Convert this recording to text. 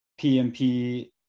PMP